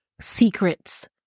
secrets